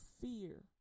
fear